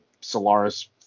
Solaris